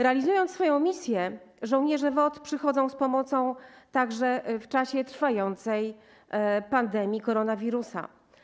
Realizując swoją misję, żołnierze WOT przychodzą z pomocą także w czasie trwającej pandemii koronawirusa.